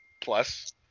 Plus